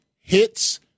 hits